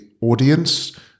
audience